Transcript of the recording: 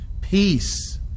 peace